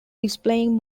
displaying